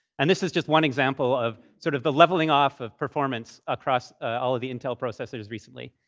and this is just one example of sort of the leveling off of performance across ah all of the intel processors recently,